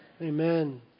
Amen